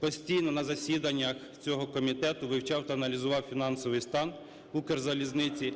постійно на засіданнях цього комітету вивчав та аналізував фінансовий стан "Укрзалізниці",